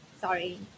Sorry